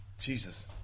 Jesus